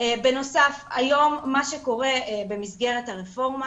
בנוסף היום מה שקורה במסגרת הרפורמה